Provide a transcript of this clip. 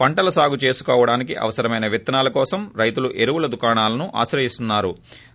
పంటలు సాగు చేసుకోవడానికి అవపసరమైన విత్తనాల కోసం రైతులు ఏరువుల దుకాణాలను ఆశ్రయిస్తున్నా రు